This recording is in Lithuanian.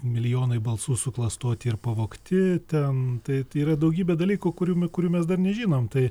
milijonai balsų suklastoti ir pavogti ten tai yra daugybė dalykų kurių kurių mes dar nežinom tai